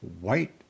white